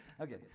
Okay